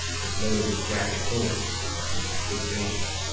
it is loaded with jacketed bullets, for hunting big game.